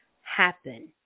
happen